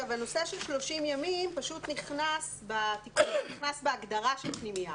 נושא ה-30 יום פשוט נכנס בהגדרה של "פנימייה",